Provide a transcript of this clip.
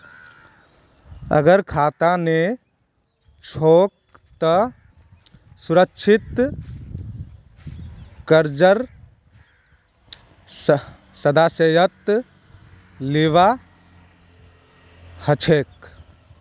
अगर खाता नी छोक त सुरक्षित कर्जेर सदस्यता लिबा हछेक